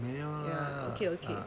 没有 lah